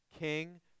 King